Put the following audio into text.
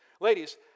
Ladies